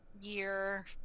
year